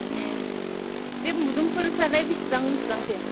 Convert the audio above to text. बे मुदुमफुलफ्रालाय बेसेबां बेसेबांथो